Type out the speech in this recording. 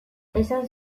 esan